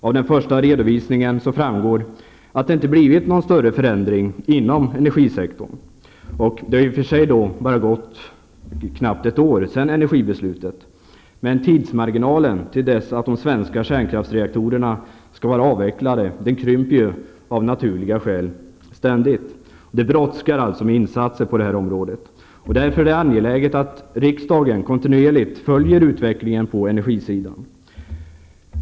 Av den första redovisningen framgår att det inte blivit någon större förändring inom energisektorn. Det har i och för sig bara gått knappt ett år sedan energibeslutet, men tidsmarginalen till dess att de svenska kärnkraftsreaktorerna skall vara avvecklade krymper ju av naturliga skäl ständigt. Det brådskar alltså med insatser på det här området. Därför är det angeläget att riksdagen kontinuerligt följer utvecklingen på energisidan.